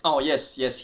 oh yes yes